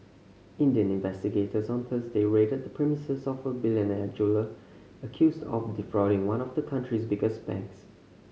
Indian investigators on Thursday raided the premises of a billionaire jeweller accused of defrauding one of the country's biggest banks